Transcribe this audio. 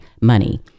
money